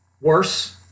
worse